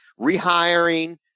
rehiring